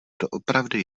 doopravdy